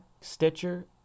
Stitcher